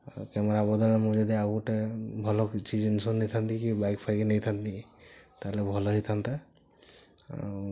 ଆଉ କ୍ୟାମେରା ବଦଳରେ ମୁଁ ଯଦି ଆଉ ଗୋଟେ ଭଲ କିଛି ଜିନିଷ ନେଇଥା'ନ୍ତି କି ବାଇକ୍ ଫାଇକ୍ ନେଇଥା'ନ୍ତି ତା'ହେଲେ ଭଲ ହୋଇଥାନ୍ତା ଆଉ